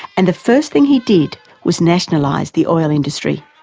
and the first thing he did was nationalise the oil industry.